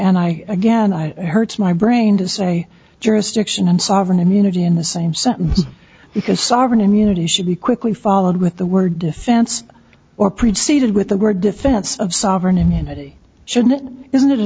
and i again i hurts my brain to say jurisdiction and sovereign immunity in the same sentence because sovereign immunity should be quickly followed with the word defense or preceded with the word defense of sovereign immunity shouldn't it isn't